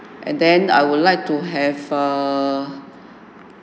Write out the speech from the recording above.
and then I would like to have a